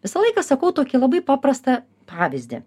visą laiką sakau tokį labai paprastą pavyzdį